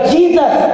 Jesus